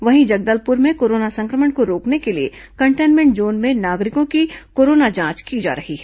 वहीं जगदलपुर में कोरोना संक्रमण को रोकने के लिए कंटेनमेंट जोन में नागरिकों की कोरोना जांच की जा रही है